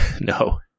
No